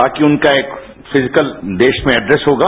बाकी उनका एक छिपिकल देश में एक्स होगा